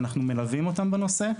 ואנחנו מלווים אותם בנושא.